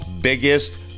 biggest